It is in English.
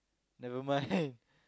never mind